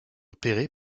opéré